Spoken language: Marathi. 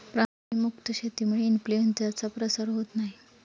प्राणी मुक्त शेतीमुळे इन्फ्लूएन्झाचा प्रसार होत नाही